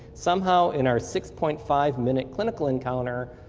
somehow in our six point five minute clinical encounter,